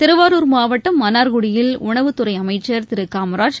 திருவாரூர் மாவட்டம் மன்னார்குடியில் உணவு துறை அமைச்சர் திரு காமராஜ்